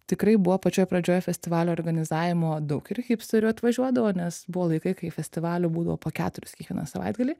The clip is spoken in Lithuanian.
tikrai buvo pačioj pradžioj festivalio organizavimo daug ir hipsterių atvažiuodavo nes buvo laikai kai festivalių būdavo po keturis kiekvieną savaitgalį